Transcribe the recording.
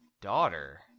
daughter